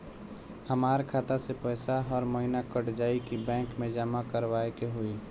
हमार खाता से पैसा हर महीना कट जायी की बैंक मे जमा करवाए के होई?